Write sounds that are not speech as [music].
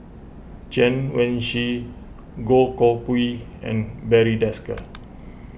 Chen Wen Hsi Goh Koh Pui and Barry Desker [noise]